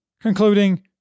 concluding